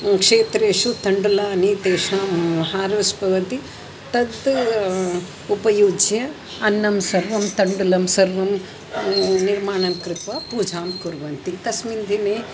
क्षेत्रेषु तण्डुलानि तेषां हार्वेस्ट् भवन्ति तत् उपयुज्य अन्नं सर्वं तण्डुलं सर्वं निर्माणं कृत्वा पूजां कुर्वन्ति तस्मिन् दिने